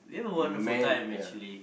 man ya